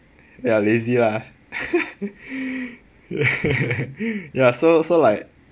ya lazy lah ya so so like